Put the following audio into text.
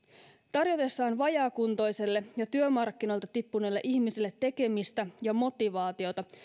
tarjottaessa vajaakuntoiselle ja työmarkkinoilta tippuneelle ihmiselle tekemistä ja motivaatiota